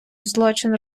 злочин